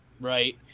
right